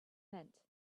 meant